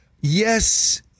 yes